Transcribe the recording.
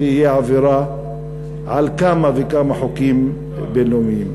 תהיה עבירה על כמה וכמה חוקים בין-לאומיים.